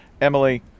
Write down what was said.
Emily